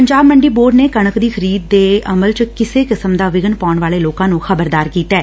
Punjab Mandi board ਨੇ ਕਣਕ ਦੀ ਖਰੀਦ ਦੇ ਅਮਲ ਚ ਕਿਸੇ ਕਿਸਮ ਦਾ ਵਿਘਨ ਪਾਉਣ ਵਾਲੇ ਲੋਕਾ ਨ੍ਰੰ ਖ਼ਬਰਦਾਰ ਕੀਤੈ